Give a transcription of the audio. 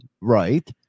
Right